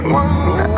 one